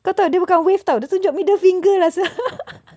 kau tahu dia bukan wave [tau] dia tunjuk middle finger lah sia